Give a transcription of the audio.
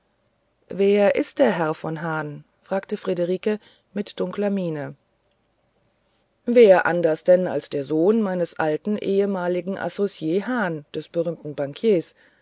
wer ist der herr von hahn fragte friederike mit dunkler miene wer anders denn als der sohn meines alten ehemaligen associ hahn des berühmten bankiers